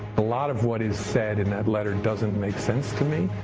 a lot of what is said in that letter doesn't make sense to me.